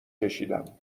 کشیدم